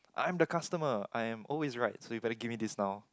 I'm the customer I am always right so you better give me this now